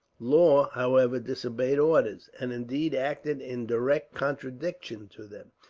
law, however, disobeyed orders and, indeed, acted in direct contradiction to them.